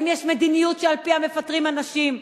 האם יש מדיניות שעל-פיה מפטרים אנשים,